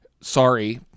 sorry